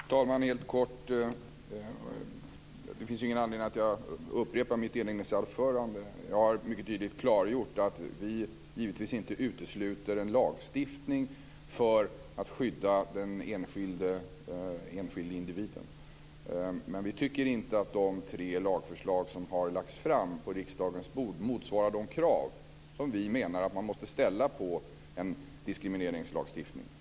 Fru talman! Helt kort - jag har ingen anledning att upprepa mitt inledningsanförande. Jag har mycket tydligt klargjort att vi givetvis inte utesluter en lagstiftning för att skydda den enskilde individen. Men vi tycker inte att de tre lagförslag som har lagts på riksdagens bord motsvarar de krav som vi menar att man måste ställa på en diskrimineringslagstiftning.